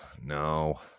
no